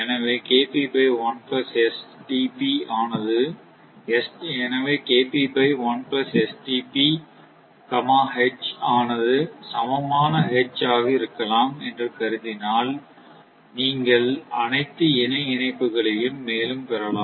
எனவே H ஆனது சமமான H ஆக இருக்கலாம் என்று கருதினால் நீங்கள் அனைத்து இணை இணைப்புகளையும் மேலும் பெறலாம்